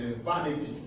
vanity